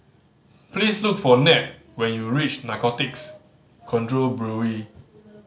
please look for Ned when you reach Narcotics Control Bureau